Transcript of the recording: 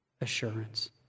assurance